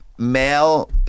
Male